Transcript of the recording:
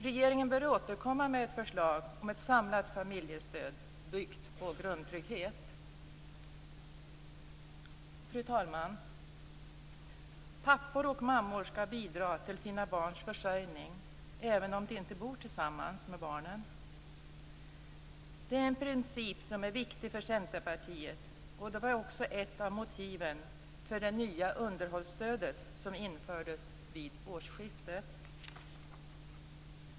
Regeringen bör återkomma med ett förslag om ett samlat familjestöd byggt på grundtrygghet. Fru talman! Pappor och mammor skall bidra till sina barns försörjning även om de inte bor tillsammans med barnen. Det är en princip som är viktig för Centerpartiet, och det var också ett av motiven för det nya underhållsstödet, som infördes vid årsskiftet.